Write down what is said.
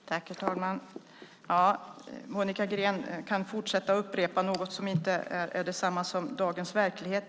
Herr talman! Monica Green kan fortsätta upprepa något som inte är detsamma som dagens verklighet.